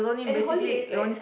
and holidays like